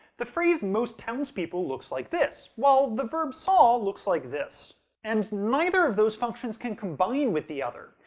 the phrase most townspeople looks like this while the verb saw looks like this and neither of those functions can combine with the other.